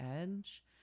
edge